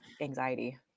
anxiety